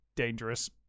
dangerous